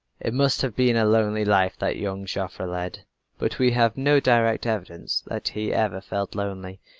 it must have been a lonely life that young joffre led but we have no direct evidence that he ever felt lonely.